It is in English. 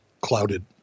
clouded